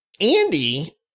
Andy